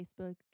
Facebook